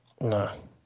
no